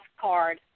card